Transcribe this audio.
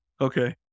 okay